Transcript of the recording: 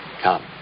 Come